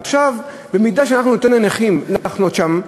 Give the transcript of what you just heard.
עכשיו, במידה שניתן לנכים לחנות שם,